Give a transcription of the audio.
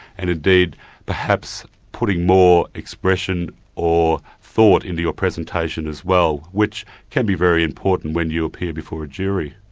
and indeed perhaps putting more expression or thought into your presentation as well, which can be very important when you appear before a jury.